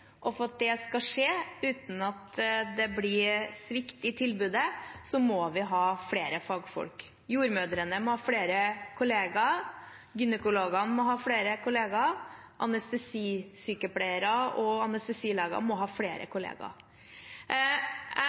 og for at det skal skje uten at det blir svikt i tilbudet, må vi ha flere fagfolk. Jordmødrene må ha flere kollegaer, gynekologene må ha flere kollegaer, anestesisykepleierne og anestesilegene må ha flere kollegaer. Jeg